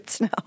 now